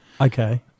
Okay